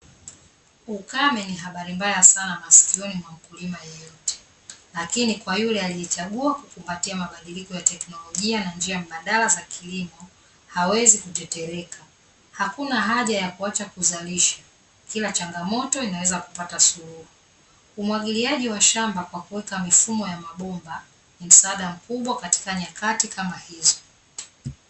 Ukame ni habari mbaya sana masikioni mwa mkulima yeyote lakini kwa yule aliyenichagua kukupatia mabadiliko ya teknolojia na njia mbadala za kilimo hawezi kutetereka, hakuna haja ya kuacha kuzalisha kila changamoto inaweza kupata suluhu, umwagiliaji wa shamba kwa kuweka mifumo ya mabomba ni msaada mkubwa katika nyakati kama hizo.